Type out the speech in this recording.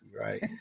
right